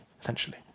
essentially